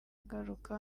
agaruka